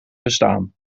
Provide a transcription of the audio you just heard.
bestaan